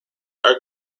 are